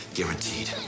guaranteed